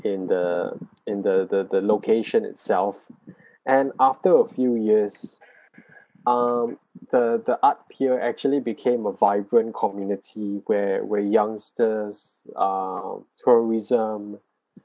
in the in the the the location itself and after a few years um the the art pier actually became a vibrant community where where youngsters uh tourism